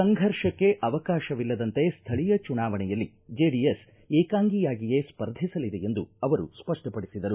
ಸಂಘರ್ಷಕ್ಕೆ ಅವಕಾಶವಿಲ್ಲದಂತೆ ಸ್ಥಳೀಯ ಚುನಾವಣೆಯಲ್ಲಿ ಜೆಡಿಎಸ್ ಏಕಾಂಗಿಯಾಗಿಯೇ ಸ್ಪರ್ಧಿಸಲಿದೆ ಎಂದು ಅವರು ಹೇಳಿದರು